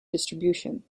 distribution